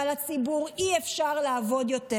ועל הציבור אי-אפשר לעבוד יותר.